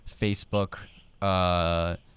Facebook